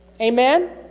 Amen